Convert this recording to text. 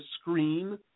screen